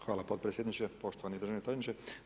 Hvala podpredsjedniče, poštovani državni tajniče.